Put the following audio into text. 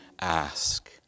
ask